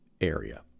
area